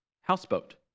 houseboat